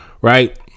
right